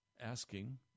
asking